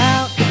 Out